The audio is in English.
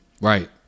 Right